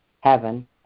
heaven